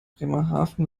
bremerhaven